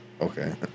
okay